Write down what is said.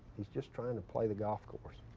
he's just trying to play the golf course.